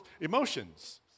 emotions